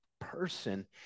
person